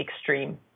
extreme